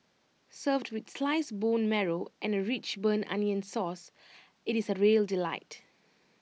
served with sliced bone marrow and A rich burnt onion sauce IT is A real delight